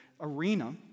arena